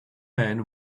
man